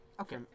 Okay